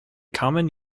common